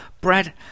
Brad